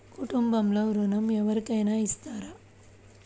కుటుంబంలో ఋణం ఎవరికైనా ఇస్తారా?